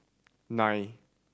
nine